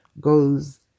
goes